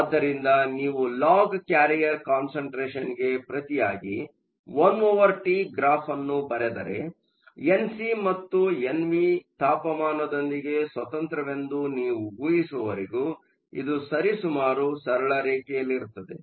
ಆದ್ದರಿಂದ ನೀವು log carrier ಕಾನ್ಸಂಟ್ರೇಷನ್ಗೆ ಪ್ರತಿಯಾಗಿ 1 ಒವರ್ ಟಿ1T ಗ್ರಾಫ್ ನ್ನು ಬರೆದರೆಎನ್ ಸಿ ಮತ್ತು ಎನ್ ವಿ ತಾಪಮಾನದೊಂದಿಗೆ ಸ್ವತಂತ್ರವೆಂದು ನೀವು ಊಹಿಸುವವರೆಗೆ ಇದು ಸರಿಸುಮಾರು ಸರಳ ರೇಖೆಯಲ್ಲಿರುತ್ತದೆ